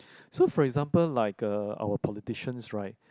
so for example like uh our politicians right